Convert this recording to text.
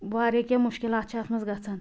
واریاہ کیٚنٛہہ مشکلات چھِ اَتھ مَنٛز گَژھان